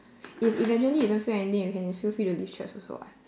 if eventually you don't feel anything you can feel free to leave church also [what]